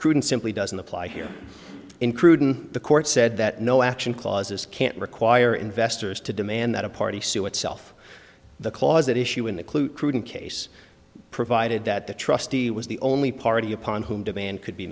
crude and simply doesn't apply here in cruden the court said that no action clauses can't require investors to demand that a party sue itself the clause that issue in the clue cruden case provided that the trustee was the only party upon whom demand